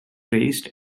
raced